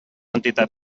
entitat